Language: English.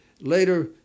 Later